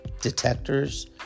detectors